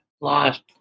lost